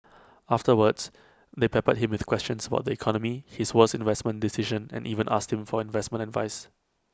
afterwards they peppered him with questions about the economy his worst investment decision and even asked him for investment advice